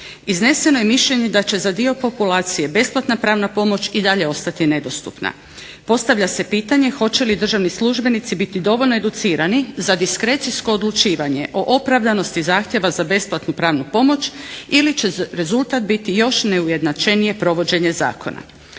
Izneseno je mišljenje da će za dio populacije besplatna pravna pomoć i dalje ostati nedostupna. Postavlja se pitanje hoće li državni službenici biti dovoljno educirani za diskrecijsko odlučivanje o opravdanosti zahtjeva za besplatnu pravnu pomoć ili će rezultat biti još neujednačenije provođenje zakona.